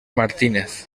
martínez